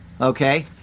okay